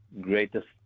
greatest